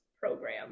program